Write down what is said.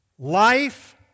Life